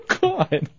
God